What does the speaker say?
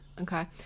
okay